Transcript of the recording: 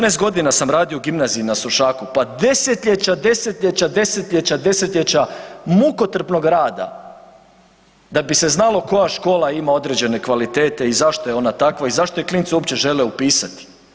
14 godina sam radio u Gimnaziji na Sušaku, pa desetljeća, desetljeća, desetljeća, desetljeća mukotrpnog rada da bi se znalo koja škola ima određene kvalitete i zašto je ona takva i zašto je klinci uopće žele upisati.